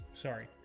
Sorry